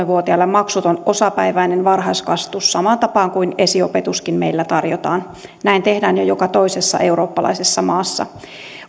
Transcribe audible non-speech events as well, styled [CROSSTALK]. [UNINTELLIGIBLE] vuotiaille maksuton osapäiväinen varhaiskasvatus samaan tapaan kuin esiopetuskin meillä tarjotaan näin tehdään jo joka toisessa eurooppalaisessa maassa